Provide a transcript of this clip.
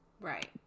right